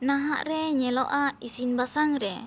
ᱱᱟᱦᱟᱜ ᱨᱮ ᱧᱮᱞᱚᱜᱼᱟ ᱤᱥᱤᱱ ᱵᱟᱥᱟᱝ ᱨᱮ